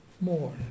more